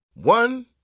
One